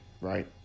right